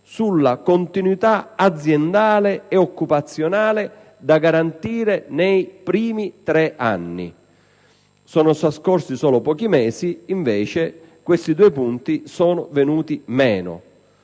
sulla continuità aziendale e occupazionale da garantire nei primi tre anni. Sono trascorsi solo pochi mesi e questi due punti sono venuti meno